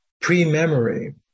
pre-memory